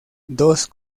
dos